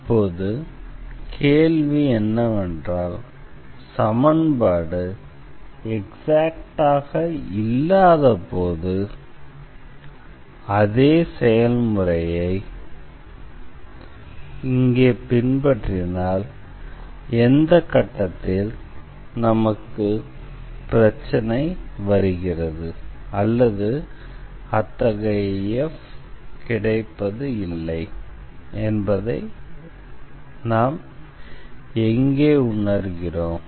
இப்போது கேள்வி என்னவென்றால் சமன்பாடு எக்ஸாக்ட்டாக இல்லாதபோது அதே செயல்முறையை இங்கே பின்பற்றினால் எந்த கட்டத்தில் நமக்கு பிரச்சினை வருகிறது அல்லது அத்தகைய f கிடைப்பதில்லை என்பதை நாம் எங்கே உணர்கிறோம்